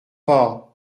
pas